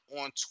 on